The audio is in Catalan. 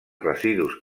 residus